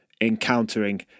Encountering